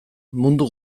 mundu